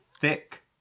thick